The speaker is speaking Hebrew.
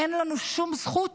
אין לנו שום זכות,